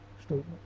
statement